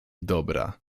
dobra